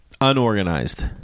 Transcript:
unorganized